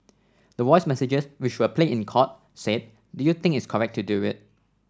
the voice messages which were played in court said do you think its correct to do it